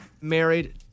married